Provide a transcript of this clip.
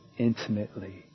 Intimately